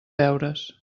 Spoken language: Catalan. deures